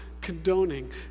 condoning